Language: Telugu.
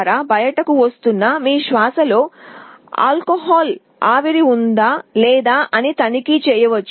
ఇది బయటకు వస్తున్న మీ శ్వాసలో ఆల్కహాల్ ఆవిరి ఉందా లేదా అని తనిఖీ చేయవచ్చు